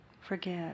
forgive